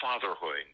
fatherhood